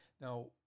Now